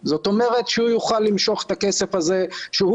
כשאתה הולך לתת 750 שקל לכל אזרח